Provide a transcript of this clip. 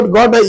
God